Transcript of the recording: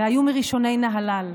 והיו מראשוני נהלל.